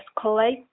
collect